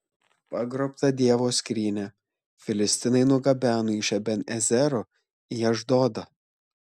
pagrobtą dievo skrynią filistinai nugabeno iš eben ezero į ašdodą